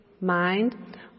mind